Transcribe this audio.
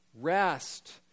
rest